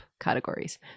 categories